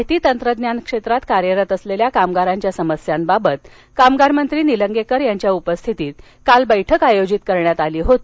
माहिती तंत्रज्ञान क्षेत्रात कार्यरत असलेल्या कामगारांच्या समस्यांबाबत कामगारमंत्री संभाजी पाटील निलंगेकर यांच्या उपस्थितीत बैठक आयोजित करण्यात आली होती